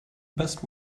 best